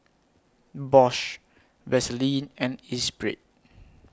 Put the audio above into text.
Bosch Vaseline and Espirit